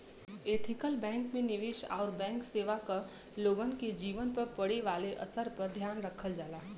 ethical bank में निवेश आउर बैंक सेवा क लोगन के जीवन पर पड़े वाले असर पर ध्यान रखल जाला